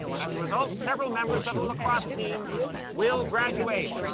as a result, several members of the lacrosse team will graduate.